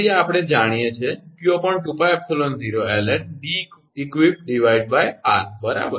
તેથી આપણે આ જાણીએ છીએ કે 𝑞2𝜋𝜖𝑜ln𝐷𝑒𝑞𝑟 બરાબર